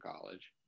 college